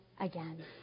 again